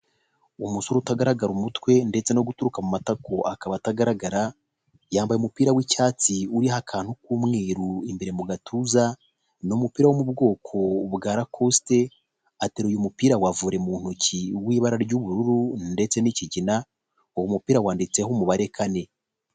Umusore utagaragara umutwe ndetse no guturuka mu matako akaba atagaragara, yambaye umupira w'icyatsi uriho akantu k'umweru imbere mu gatuza, ni umupira wo mu bwoko bwa rakosite, ateruye umupira wa vore mu ntoki w'ibara ry'ubururu ndetse n'ikigina, uwo mupira wanditseho umubare kane.